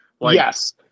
Yes